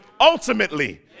ultimately